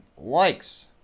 likes